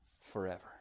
forever